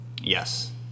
Yes